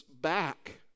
back